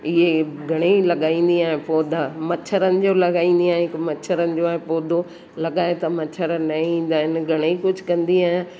इहे घणेई लॻाईंदी आहियां पौधा मछरनि जो लॻाईंदी आहियां हिकु मछरनि जो आहे पोधो लॻाए त मछर न ईंदा आहिनि घणेई कुझु कंदी आहियां